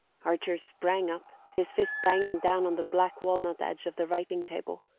archer sprang up, his fist banging down on the black walnut-edge of the writing-table.